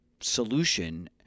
solution